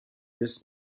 this